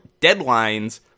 deadlines